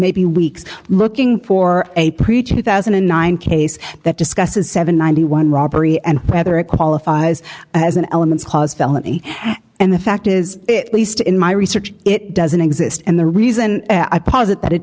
maybe weeks looking for a preacher two thousand and nine case that discusses seven hundred one robbery and whether it qualifies as an elements cause felony and the fact is it least in my research it doesn't exist and the reason i posit that it